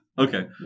okay